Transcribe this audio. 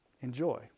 Enjoy